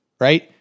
right